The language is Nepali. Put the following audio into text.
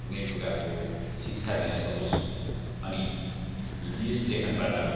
कुनै प्रकारको शिक्षा दिन सकोस् अनि यस लेखनबाट